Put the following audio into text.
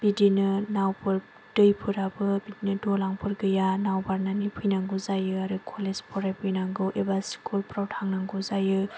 बिदिनो नावफोर दैफोराबो बिदिनो दालांफोर गैया नाव बारनानै फैनांगौ जायो आरो कलेज फरायफैनांगौ एबा स्कुलफ्राव थांनांगौ जायो